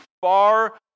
far